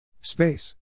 Space